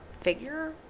figure